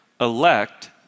elect